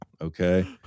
Okay